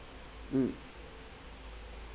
mm